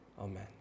Amen